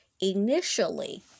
initially